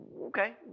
Okay